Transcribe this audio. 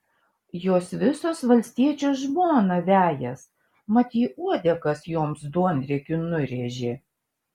jos visos valstiečio žmoną vejas mat ji uodegas joms duonriekiu nurėžė